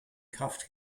kraft